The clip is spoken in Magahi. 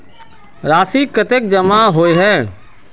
राशि कतेक जमा होय है?